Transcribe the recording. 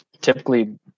typically